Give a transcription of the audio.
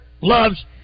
loves